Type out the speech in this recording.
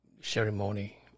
ceremony